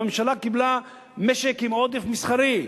הממשלה קיבלה משק עם עודף מסחרי.